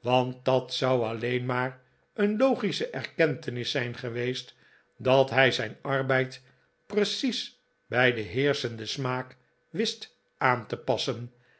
want dat zou alleen maar een logische erkentenis zijn geweest dat hij zijn afbeid precies bij den heerschenden smaak wist aan te passen